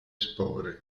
spore